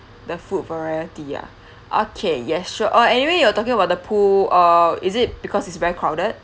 the food variety ah okay yes sure uh anyway you're talking about the pool uh is it because is very crowded